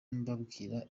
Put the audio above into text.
mbabwira